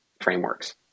frameworks